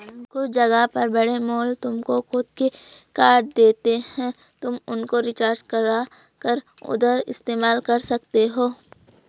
कुछ जगह पर बड़े मॉल तुमको खुद के कार्ड देते हैं तुम उनको रिचार्ज करा कर उधर इस्तेमाल कर सकते हो